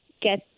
get